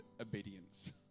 obedience